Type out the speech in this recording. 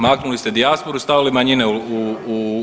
Maknuli ste dijasporu i stavili manjine u